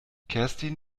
kerstin